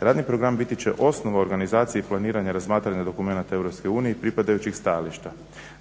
Radni program biti će osnov organizacije i planiranja razmatranih dokumenata Europske unije i pripadajućih stajališta.